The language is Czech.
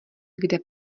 kde